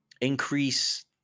Increase